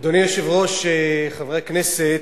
אדוני היושב-ראש, חברי הכנסת,